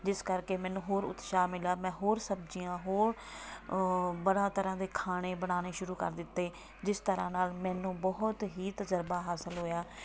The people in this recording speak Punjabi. ਜਿਸ ਕਰਕੇ ਮੈਨੂੰ ਹੋਰ ਉਤਸ਼ਾਹ ਮਿਲਿਆ ਮੈਂ ਹੋਰ ਸਬਜ਼ੀਆਂ ਹੋਰ ਬੜਾ ਤਰ੍ਹਾਂ ਦੇ ਖਾਣੇ ਬਣਾਉਣੇ ਸ਼ੁਰੂ ਕਰ ਦਿੱਤੇ ਜਿਸ ਤਰ੍ਹਾਂ ਨਾਲ ਮੈਨੂੰ ਬਹੁਤ ਹੀ ਤਜ਼ਰਬਾ ਹਾਸਿਲ ਹੋਇਆ